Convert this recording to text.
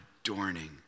adorning